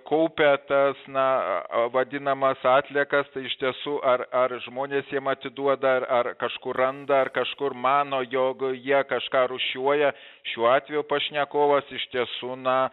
kaupia tas na vadinamas atliekas iš tiesų ar ar žmonės jiem atiduoda ar ar kažkur randa ar kažkur mano jog jie kažką rūšiuoja šiuo atveju pašnekovas iš tiesų na